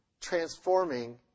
transforming